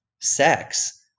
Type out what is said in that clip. sex